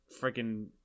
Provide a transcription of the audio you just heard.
freaking